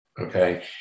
okay